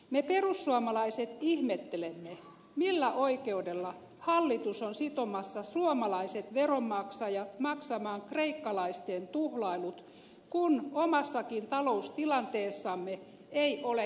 me perussuomalaiset ihmettelemme millä oikeudella hallitus on sitomassa suomalaiset veronmaksajat maksamaan kreikkalaisten tuhlailut kun omassakaan taloustilanteessamme ei ole kehumista